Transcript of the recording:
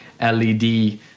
LED